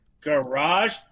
garage